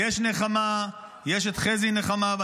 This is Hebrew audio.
יש נחמה, יש חזי נחמה.